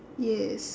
yes